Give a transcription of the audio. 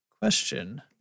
question